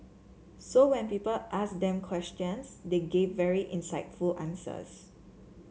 so when people asked them questions they gave very insightful answers